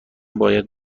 باید